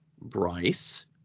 Bryce